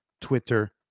Twitter